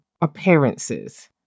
appearances